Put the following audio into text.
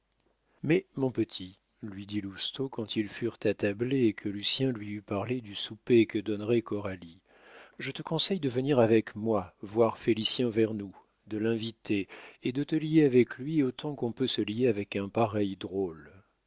mais mon petit lui dit lousteau quand ils furent attablés et que lucien lui eut parlé du souper que donnerait coralie je te conseille de venir avec moi voir félicien vernou de l'inviter et de te lier avec lui autant qu'on peut se lier avec un pareil drôle